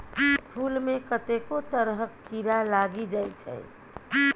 फुल मे कतेको तरहक कीरा लागि जाइ छै